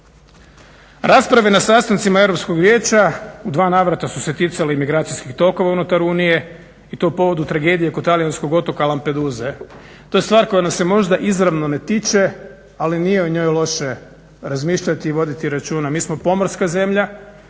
Rasprave na sastancima Europskog vijeća u dva navrata su se ticala imigracijskih tokova unutar Unije i to u povodu tragedije oko talijanskog otoka Lampedusa. To je stvar koja nas se možda izravno ne tiče ali nije o njoj loše razmišljati i voditi računa. Mi smo pomorska zemlja,